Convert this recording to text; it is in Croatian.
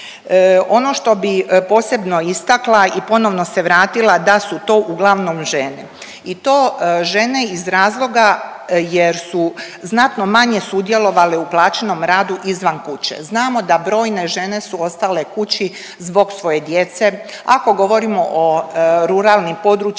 Ono što bih posebno istakla i ponovno se vratila da su to uglavnom žene i to žene iz razloga jer su znatno manje sudjelovale u plaćenom radu izvan kuće. Znamo da brojne žene su ostale kući zbog svoje djece. Ako govorimo o ruralnim područjima